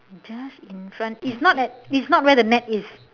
just in front it's not at it's not where the net is